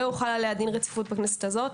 והוחל עליה דין רציפות בכנסת הזו,